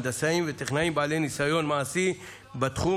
הנדסאים וטכנאים בעלי ניסיון מעשי בתחום,